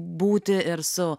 būti ir su